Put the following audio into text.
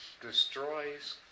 destroys